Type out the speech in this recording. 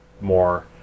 more